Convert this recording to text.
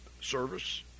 service